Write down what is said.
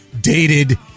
dated